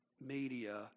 media